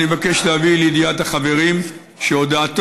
אני מבקש להביא לידיעת החברים שהודעתו